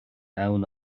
ann